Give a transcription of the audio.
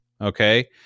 Okay